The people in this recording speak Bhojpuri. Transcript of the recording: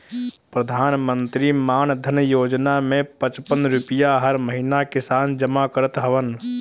प्रधानमंत्री मानधन योजना में पचपन रुपिया हर महिना किसान जमा करत हवन